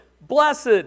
blessed